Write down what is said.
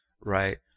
right